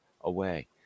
away